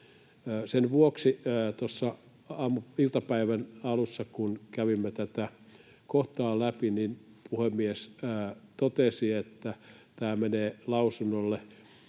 Tuossa iltapäivän alussa, kun kävimme tätä kohtaa läpi, puhemies totesi, että tämä menee lausunnolle